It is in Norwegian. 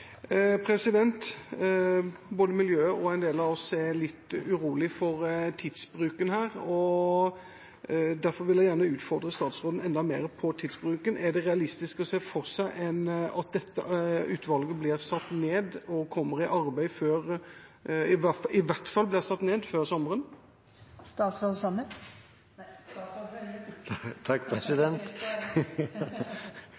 Både miljøet og en del av oss er litt urolig for tidsbruken her, og derfor vil jeg gjerne utfordre statsråden enda mer når det gjelder tidsbruken. Er det realistisk å se for seg at utvalget i hvert fall blir satt ned og kommer i arbeid før